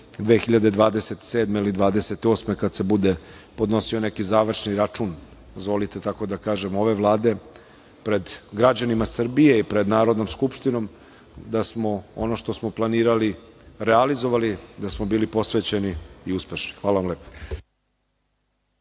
2028. godine kada se bude podnosio neki završni račun, dozvolite tako da kažem, ove Vlade pred građanima Srbije i pred Narodnom skupštinom, da smo ono što smo planirali realizovali, da smo bili posvećeni i uspešni. Hvala vam lepo.